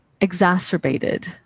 exacerbated